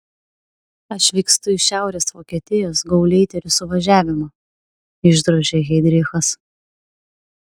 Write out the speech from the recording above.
aš vykstu į šiaurės vokietijos gauleiterių suvažiavimą išdrožė heidrichas